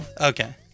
Okay